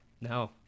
No